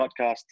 Podcast